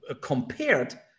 compared